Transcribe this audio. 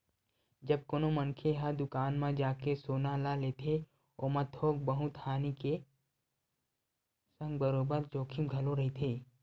जब कोनो मनखे ह दुकान म जाके सोना ल लेथे ओमा थोक बहुत हानि के संग बरोबर जोखिम घलो रहिथे